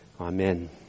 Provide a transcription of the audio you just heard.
Amen